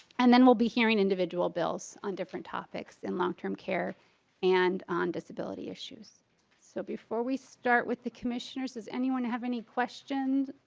and then we'll be hearing individual bills on different topics in long-term care here and on disability issues so before we start with the commissioner says anyone have any questions.